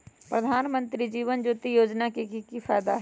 प्रधानमंत्री जीवन ज्योति योजना के की फायदा हई?